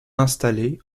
installée